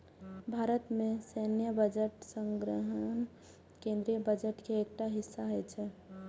भारत मे सैन्य बजट समग्र केंद्रीय बजट के एकटा हिस्सा होइ छै